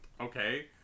Okay